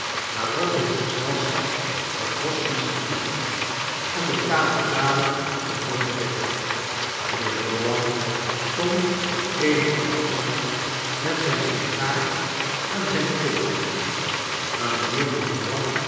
waarop het gezelschap het hospice verliet en de cavalcade gevormd werd mijnheer gowan stond op eenigen afstand met zijn sigaar en zijn potlood maar mijnheer